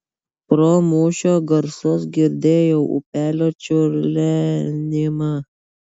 pro mūšio garsus girdėjau upelio čiurlenimą